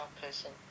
person